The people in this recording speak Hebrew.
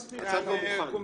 הצו כבר מוכן.